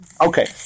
Okay